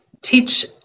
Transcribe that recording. teach